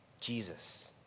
Jesus